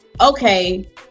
okay